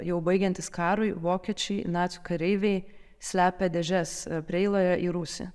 jau baigiantis karui vokiečiai nacių kareiviai slepia dėžes preiloje į rūsį